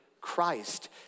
Christ